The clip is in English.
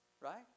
Right